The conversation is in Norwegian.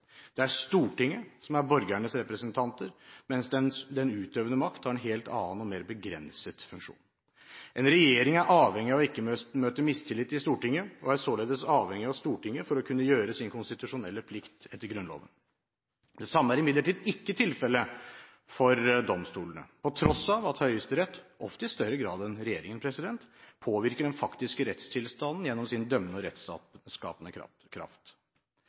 Det er Stortinget som er borgernes representanter, mens den utøvende makt har en helt annen og mer begrenset funksjon. En regjering er avhengig av ikke å møte mistillit i Stortinget, og er således avhengig av Stortinget for å kunne gjøre sin konstitusjonelle plikt etter Grunnloven. Det samme er imidlertid ikke tilfellet for domstolene, på tross av at Høyesterett, ofte i større grad enn regjeringen, påvirker den faktiske rettstilstanden gjennom sin dømmende og rettsskapende kraft.